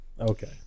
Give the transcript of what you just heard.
okay